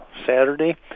Saturday